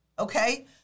Okay